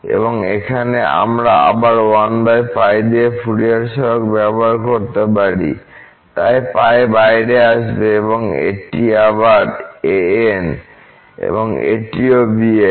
এবং এখানে আমরা আবার 1 π দিয়ে ফুরিয়ার সহগ ব্যবহার করতে পারি তাই π বাইরে আসবে এটি আবার an এবং এটিও bn